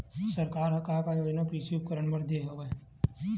सरकार ह का का योजना कृषि उपकरण बर दे हवय?